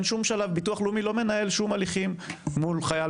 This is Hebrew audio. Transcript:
ביטוח לאומי לא מנהל שום הליכים מול חייל